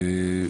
אני